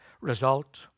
result